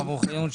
מר אוחיון,